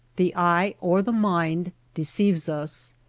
the eye or the mind deceives us,